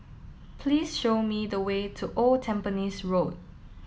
please show me the way to Old Tampines Road